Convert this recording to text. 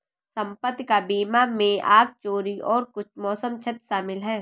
संपत्ति का बीमा में आग, चोरी और कुछ मौसम क्षति शामिल है